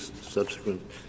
subsequent